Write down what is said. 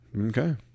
Okay